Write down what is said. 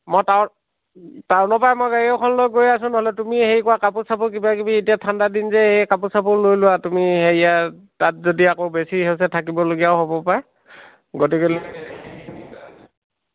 মই টাও টাউনৰ পৰাই মই গাড়ী এখন লৈ গৈ আছোঁ নহ'লে তুমি হেৰি কৰা কাপোৰ চাপোৰ কিবা কিবি এতিয়া ঠাণ্ডা দিন যে এই কাপোৰ চাপোৰ লৈ লোৱা তুমি হেৰিয়া তাত যদি আকৌ বেছি হৈছে থাকিব লগীয়াও হ'ব পাৰে গতিকে